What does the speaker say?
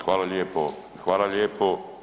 Hvala lijepo, hvala lijepo.